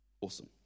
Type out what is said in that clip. Awesome